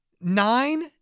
nine